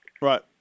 Right